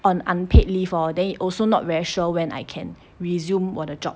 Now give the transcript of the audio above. on unpaid leave lor then also not very sure when I can resume 我的 job